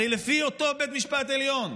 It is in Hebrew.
הרי לפי אותו בית משפט עליון,